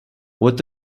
what